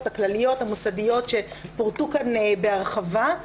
הכלליות המוסדיות שפורטו כאן בהרחבה.